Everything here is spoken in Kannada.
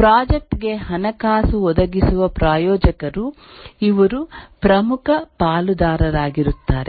ಪ್ರಾಜೆಕ್ಟ್ ಗೆ ಹಣಕಾಸು ಒದಗಿಸುವ ಪ್ರಾಯೋಜಕರು ಇವರು ಪ್ರಮುಖ ಪಾಲುದಾರರಾಗಿರುತ್ತಾರೆ